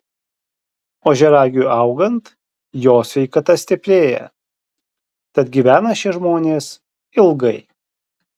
ožiaragiui augant jo sveikata stiprėja tad gyvena šie žmonės ilgai